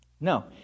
No